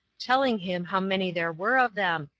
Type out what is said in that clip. telling him how many there were of them,